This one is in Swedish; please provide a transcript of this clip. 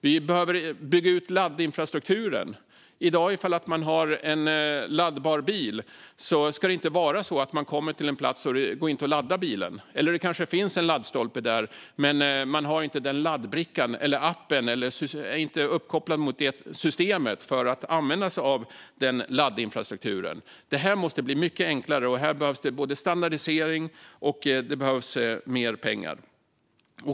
Vi behöver bygga ut laddinfrastrukturen. Om man i dag har en laddbar bil ska det inte vara så att det inte går att ladda bilen när man kommer till en plats. Det kanske finns en laddstolpe där, men man har kanske inte den laddbricka eller app som behövs eller är kanske inte uppkopplad mot det system som behövs för att använda denna laddinfrastruktur. Detta måste bli mycket enklare. Och här behövs det både standardisering och mer pengar.